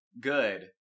good